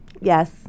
Yes